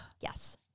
Yes